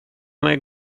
mig